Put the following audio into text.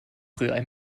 rührei